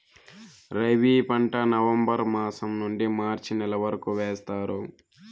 రబీ పంట నవంబర్ మాసం నుండీ మార్చి నెల వరకు వేస్తారు